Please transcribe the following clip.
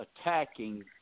attacking